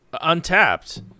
untapped